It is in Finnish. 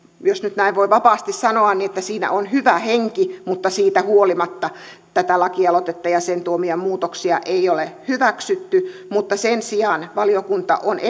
jos nyt näin voi vapaasti sanoa että siinä on hyvä henki mutta siitä huolimatta tätä lakialoitetta ja sen tuomia muutoksia ei ole hyväksytty sen sijaan valiokunta on